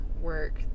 work